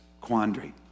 quandary